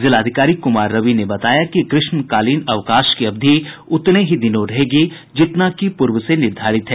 जिलाधिकारी कुमार रवि ने बताया कि ग्रीष्मकालीन अवकाश की अवधि उतने ही दिन रहेगी जितना की पूर्व से निर्धारित है